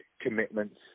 commitments